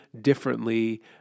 differently